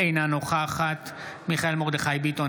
אינה נוכחת מיכאל מרדכי ביטון,